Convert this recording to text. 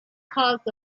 caused